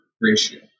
ratio